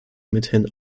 mithin